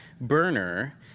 burner